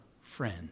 friend